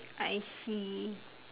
I see